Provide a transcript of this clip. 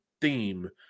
theme